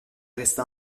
resta